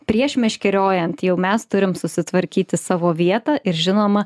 prieš meškeriojant jau mes turime susitvarkyti savo vietą ir žinoma